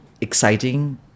exciting